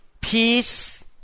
peace